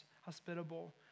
hospitable